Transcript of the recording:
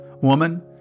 Woman